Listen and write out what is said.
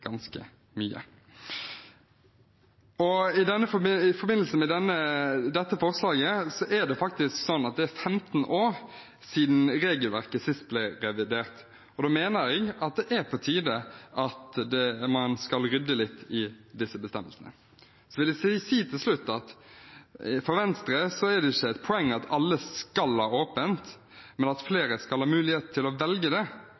ganske mye. I forbindelse med dette forslaget: Det er faktisk 15 år siden regelverket sist ble revidert. Da mener jeg at det er på tide at man rydder litt i disse bestemmelsene. Så vil jeg til slutt si at for Venstre er det ikke et poeng at alle skal holde åpent, men at flere skal ha mulighet til å velge det,